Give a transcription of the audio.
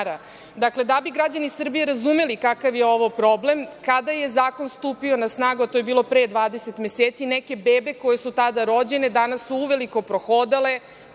dinara. Dakle, da bi građani Srbije razumeli kakav je ovo problem, kada je zakon stupio na snagu, a to je bilo pre 20 meseci, neke bebe koje su tada rođene danas su uveliko prohodale,